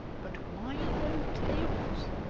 but why no tails?